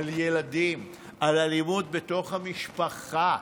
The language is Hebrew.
על ילדים, על אלימות בתוך המשפחה.